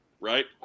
Right